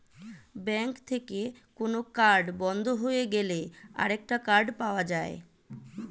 bank থেকে কোন card বন্ধ হয়ে গেলে আরেকটা কার্ড পাওয়া যায়